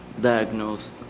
diagnosed